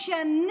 משנים